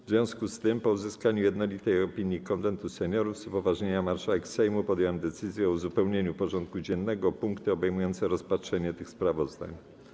W związku z tym, po uzyskaniu jednolitej opinii Konwentu Seniorów, z upoważnienia marszałek Sejmu podjąłem decyzję o uzupełnieniu porządku dziennego o punkty obejmujące rozpatrzenie tych sprawozdań.